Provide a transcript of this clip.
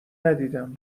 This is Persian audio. ندیدم